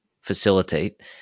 facilitate